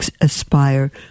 aspire